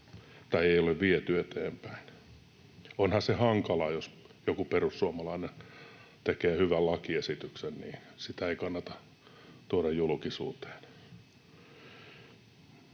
ei ole viety eteenpäin. Onhan se hankalaa, jos joku perussuomalainen tekee hyvän lakiesityksen. Ei sitä kannata tuoda julkisuuteen.